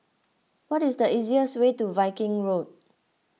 what is the easiest way to Viking Road